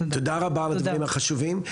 תודה רבה על הדברים החשובים.